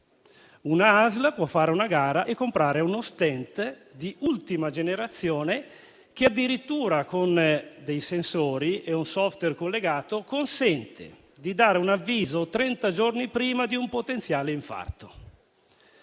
Una ASL può fare una gara e comprare uno stent di ultima generazione, che addirittura, tramite sensori e un *software* collegato, consente di dare un avviso di un potenziale infarto